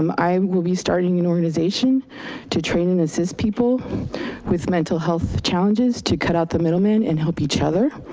um i will be starting an organization to train and assist people with mental health challenges to cut out the middleman and help each other.